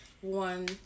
one